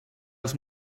els